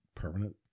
permanent